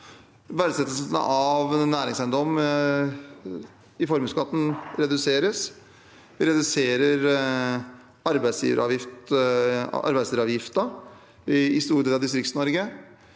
Verdsettelsen av næringseiendom i formuesskatten reduseres. Vi reduserer arbeidsgiveravgiften i store deler av DistriktsNorge,